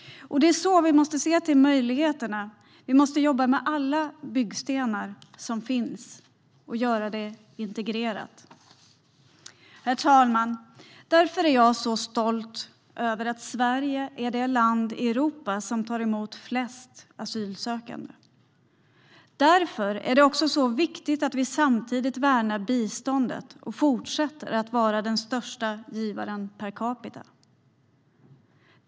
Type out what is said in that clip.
Det är så vi måste se till möjligheterna. Vi måste jobba med alla byggstenar som finns och göra det integrerat. Därför, herr talman, är jag stolt över att Sverige är det land i Europa som tar emot flest asylsökande. Därför är det viktigt att vi samtidigt värnar biståndet och fortsätter att vara den största givaren per capita.